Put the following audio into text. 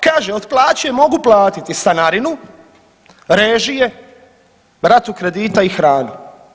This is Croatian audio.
Kaže od plaće mogu platiti stanarinu, režije, ratu kredita i hranu.